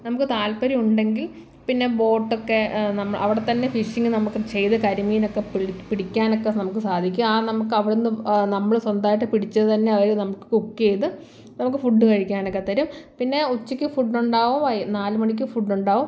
നമുക്ക് താല്പര്യം ഉണ്ടെങ്കിൽ പിന്നെ ബോട്ട് ഒക്കെ നമ്മൾ അവിടെത്തന്നെ ഫിഷിങ് നമുക്ക് ചെയ്തു കരിമീനൊക്കെ പിടി പിടിക്കാനൊക്കെ നമുക്ക് സാധിക്കും ആ നമുക്ക് അവിടെ നിന്ന് നമ്മൾ സ്വന്തമായിട്ട് പിടിച്ചത് തന്നെ അവർ നമുക്ക് കുക്ക് ചെയ്ത് നമുക്ക് ഫുഡ് കഴിക്കാനോക്കെ തരും പിന്നെ ഉച്ചയ്ക്ക് ഫുഡ് ഉണ്ടാവും വൈ നാലുമണിക്ക് ഫുഡ് ഉണ്ടാവും